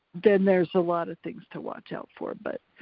then there's a lotta things to watch out for, but